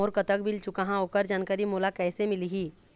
मोर कतक बिल चुकाहां ओकर जानकारी मोला कैसे मिलही?